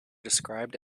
described